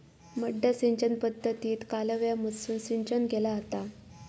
मड्डा सिंचन पद्धतीत कालव्यामधसून सिंचन केला जाता